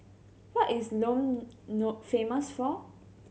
what is Lome famous for